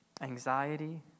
anxiety